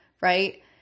right